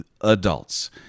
adults